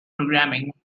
programming